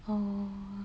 oh